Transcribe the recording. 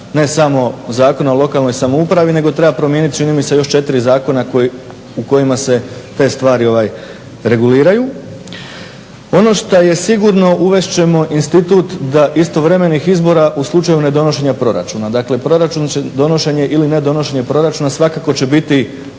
ne samo Zakona o lokalnoj samoupravi nego treba promijeniti čini mi se još četiri zakona u kojima se te stvari reguliraju. Ono što je sigurno uvest ćemo institut da istovremenih izbora u slučaju nedonošenja proračuna. Dakle, proračun će, donošenje ili nedonošenje proračuna svakako će biti